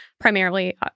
primarily